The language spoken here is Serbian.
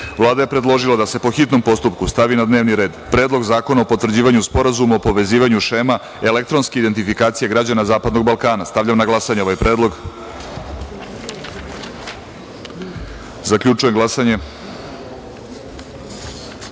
je predložila da se, po hitnom postupku, stavi na dnevni red Predlog zakona o potvrđivanju Sporazuma o povezivanju šema elektronske identifikacije građana Zapadnog Balkana. Stavljam na glasanje ovaj predlog. Zaključujem glasanje: